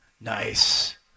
Nice